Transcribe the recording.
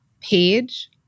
page